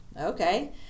okay